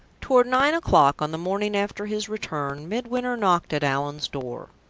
toward nine o'clock on the morning after his return midwinter knocked at allan's door,